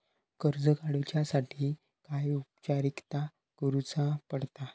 कर्ज काडुच्यासाठी काय औपचारिकता करुचा पडता?